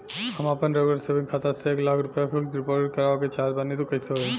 हम आपन regular saving खाता से एक लाख रुपया फिक्स डिपॉज़िट करवावे के चाहत बानी त कैसे होई?